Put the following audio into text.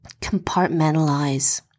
Compartmentalize